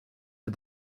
for